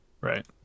Right